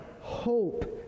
hope